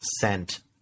sent